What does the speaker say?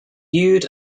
viewed